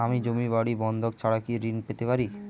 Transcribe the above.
আমি জমি বাড়ি বন্ধক ছাড়া কি ঋণ পেতে পারি?